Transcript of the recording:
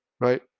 right